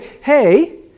hey